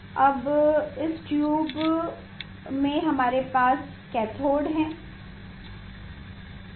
अब इस ट्यूब में हमारे पास कैथोड है